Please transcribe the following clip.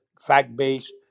fact-based